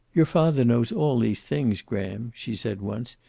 your father knows all these things, graham, she said once.